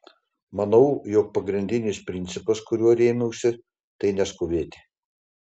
manau jog pagrindinis principas kuriuo rėmiausi tai neskubėti